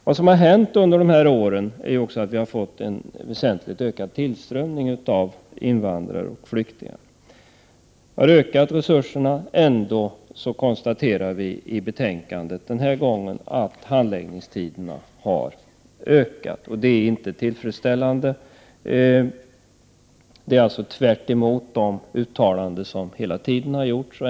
Vad som har hänt under de här åren är ju också att det har blivit en väsentligt ökad tillströmning av invandrare och flyktingar. Man har ökat resurserna, men ändå måste vi i betänkandet konstatera att handläggningstiderna har blivit längre. Det är inte tillfredsställande och tvärtemot de uttalanden som hela tiden har gjorts.